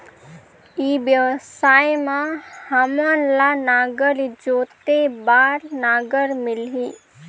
ई व्यवसाय मां हामन ला नागर जोते बार नागर मिलही?